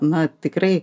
na tikrai